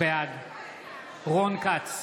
בעד רון כץ,